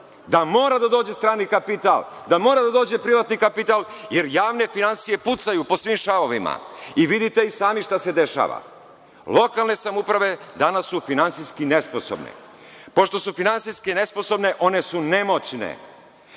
da mora da dođe strani kapital, da mora da dođe privatni kapital, jer javne finansije pucaju po svim šavovima. Vidite i sami šta se dešava. Lokalne samouprave danas su finansijski nesposobne. Pošto su finansijski nesposobne, one su nemoćne.